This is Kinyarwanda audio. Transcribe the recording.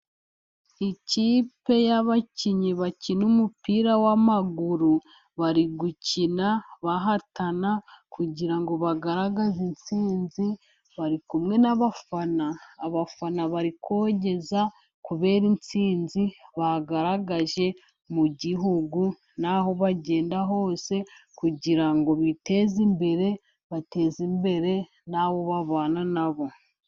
Ikipe y'abakinnyi bakina umupira w'amaguru bari gukina bahatana kugira ngo bagaragaze intsinzi, bari kumwe n'abafana, abafana bari kogeza kubera intsinzi bagaragaje mu gihugu n'aho bagenda hose, kugira ngo biteze imbere, bateze imbere n'abo babana nabo.